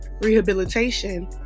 rehabilitation